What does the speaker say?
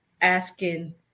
asking